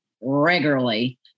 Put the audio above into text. regularly